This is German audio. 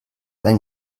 ein